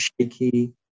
shaky